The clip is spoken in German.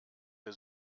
der